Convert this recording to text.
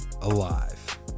alive